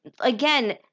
again